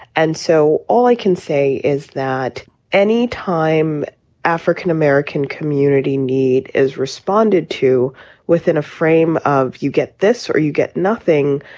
and so all i can say is that any time african-american community need is responded to within a frame of you get this or you get nothing.